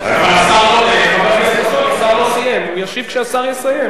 השר עונה, הוא ישיב כשהשר יסיים.